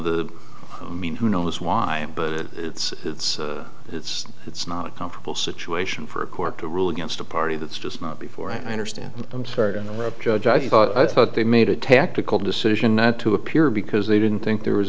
the i mean who knows why but it's it's it's it's not a comfortable situation for a court to rule against a party that's just not before i understand i'm sorry to interrupt judge i thought i thought they made a tactical decision not to appear because they didn't think there was